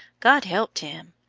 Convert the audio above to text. god helped him.